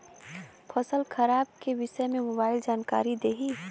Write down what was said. फसल खराब के विषय में मोबाइल जानकारी देही